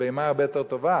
הבהמה הרבה יותר טובה,